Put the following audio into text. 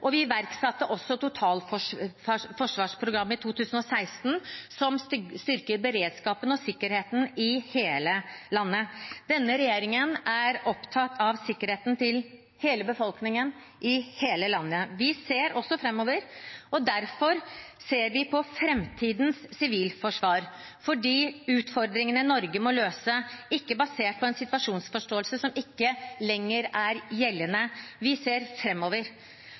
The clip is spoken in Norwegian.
og vi iverksatte også et totalforsvarsprogram i 2016, som styrker beredskapen og sikkerheten i hele landet. Denne regjeringen er opptatt av sikkerheten til hele befolkningen, i hele landet. Vi ser også framover, og derfor ser vi på framtidens sivilforsvar, for utfordringene Norge må løse, må ikke være basert på en situasjonsforståelse som ikke lenger er gjeldende. Vi ser